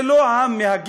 זה לא המהגר.